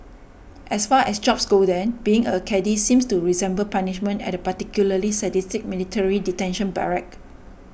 as far as jobs go then being a caddie seems to resemble punishment at a particularly sadistic military detention barrack